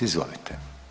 Izvolite.